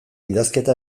idazketa